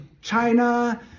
China